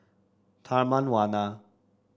Taman Warna